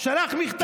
שלח מכתב.